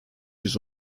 yüz